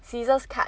scissors cut